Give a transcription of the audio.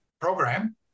program